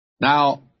Now